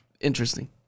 interesting